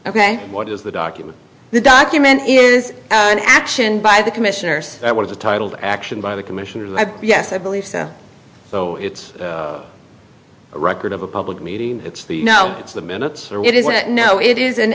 ok what is the document the document is an action by the commissioners that was the title the action by the commissioner yes i believe so so it's a record of a public meeting it's the you know it's the minutes it is no it is an